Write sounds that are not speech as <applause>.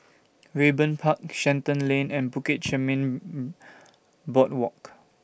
Raeburn Park Shenton Lane and Bukit Chermin <hesitation> Boardwalk